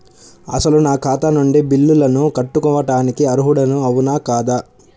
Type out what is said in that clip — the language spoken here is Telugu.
అసలు నా ఖాతా నుండి బిల్లులను కట్టుకోవటానికి అర్హుడని అవునా కాదా?